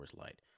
Light